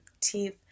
teeth